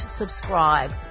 subscribe